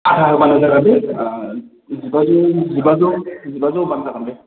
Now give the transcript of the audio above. आधा होबानो जागोन बे जिबाजौ जिबाजौ जिबाजौ होबानो जागोन दे